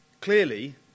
clearly